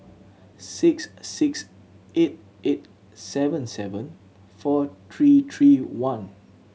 six six eight eight seven seven four three three one